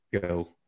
go